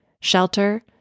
shelter